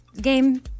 game